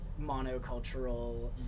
monocultural